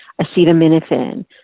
acetaminophen